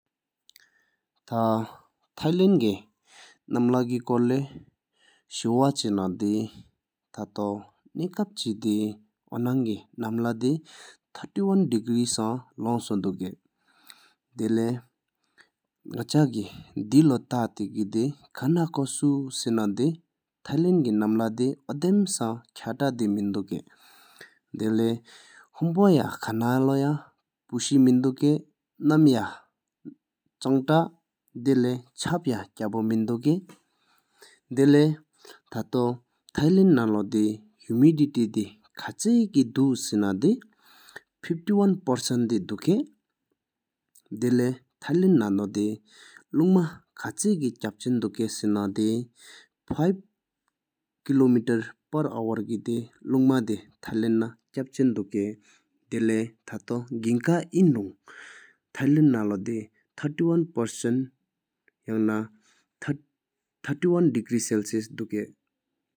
ཐ་ཐཱའི་ལེནཌ་ཀའི་ནམ་ལག་ཀི་སྐུར་ལོ་ཤུའ་བྱེད་ན་དེ་ཐ་ཐོ་ནག་སྣོག་གཅིག་དེ་འོ་ནང་ཀི་ནམ་ལྷ་དེ་ཐིལ་ཡ་ཨེན་ཌི་སྒྲོན་ཡང་མང་སྡོད་ཀི་ཤུར་སྟེ་དེ་དྭོག་ཅིས་དང། འགེལ་པ་ནག་ལྷ་ཀི་སྒྱོར་གྲབ་གནོ་སྨོང་གྷཽ་མིན་གྷི་ན་འཕེ་ཧཱི་ཀེའི་སྒྱོར་གྲབ་གནོུ་ཡང་དང་ཐ་ཐཱའི་ལེནཌ་ཀི་ནམ་ལག་ཀི་དེ་སྒོར་ཤོ་གྷི་ན་མིན་འགྷོལ་ཡང་ང་མིན། འགེལ་པ་ཐེམ་པ་དགེ་ཚགས་ཁམས་རྐས་བླངས་འཇེས་མི་འབྲེད་འཇི་ན་མིན་ཡོང་ནམ་ལོ་སྡམ་ན་ཁའ་ཁྭ་སྲེ་ཧཱ་ཀ་གྷུ་འགྷུལ་མ་མིན་འགྷོལ་ཡོད་མིན། འགེལ་པ་རིམ་སྤྱི་འཇེས་ཡོང་ཐཱི་ལེནཌ་ནང་ལོ་འཇི་ཀི་གཏེར་འཇུ་འན་མི་ནོ་འཇི་གོམ་བདེ་འཇི་འཇིན་དང༎